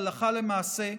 הלכה למעשה,